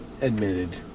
admitted